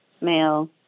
male